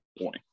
point